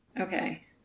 Okay